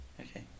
Okay